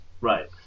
Right